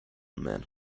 man